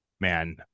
Man